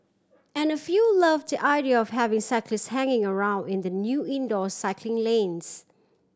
and a few loved the idea of having cyclist hanging around in the new indoor cycling lanes